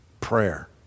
Prayer